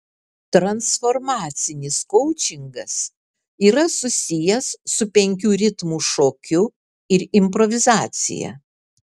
transformacinis koučingas yra susijęs su penkių ritmų šokiu ir improvizacija